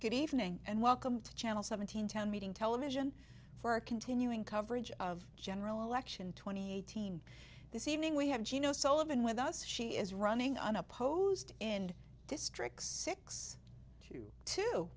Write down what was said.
good evening and welcome to channel seventeen town meeting television for our continuing coverage of general election twenty eight thousand this evening we have geno sullivan with us she is running unopposed and district six two two